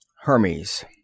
Hermes